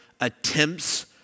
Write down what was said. attempts